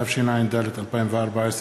התשע"ד 2014,